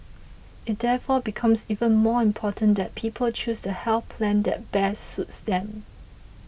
it therefore becomes even more important that people choose the health plan that best suits them